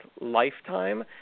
lifetime